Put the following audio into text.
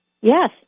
Yes